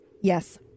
yes